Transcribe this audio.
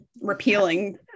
repealing